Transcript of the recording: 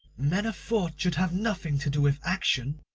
men of thought should have nothing to do with action.